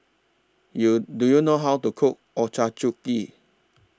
YOU Do YOU know How to Cook Ochazuke